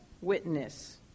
witness